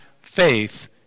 faith